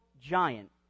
giant